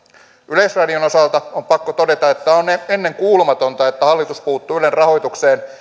yleisradion osalta on pakko todeta että on ennenkuulumatonta että hallitus puuttuu ylen rahoitukseen ja